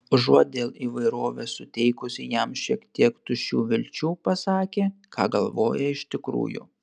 užuot dėl įvairovės suteikusi jam šiek tiek tuščių vilčių pasakė ką galvoja iš tikrųjų